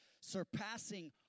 surpassing